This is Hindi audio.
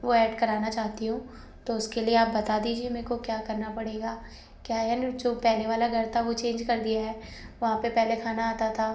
वह ऐड करना चाहती हूँ तो उसके लिए आप बता दीजिए मेरे को क्या करना पड़ेगा क्या है ना जो पहले वाला घर था वो चेंज कर दिया है वहाँ पर पहले खाना आता था